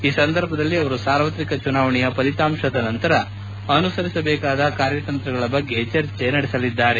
ಈ ಸಂದರ್ಭದಲ್ಲಿ ಅವರು ಸಾರ್ವತ್ರಿಕ ಚುನಾವಣೆಯ ಫಲಿತಾಂಶದ ನಂತರ ಅನುಸರಿಸಬೇಕಾದ ಕಾರ್ಯತಂತ್ರಗಳ ಬಗ್ಗೆ ಚರ್ಚೆ ನಡೆಸಲಿದ್ದಾರೆ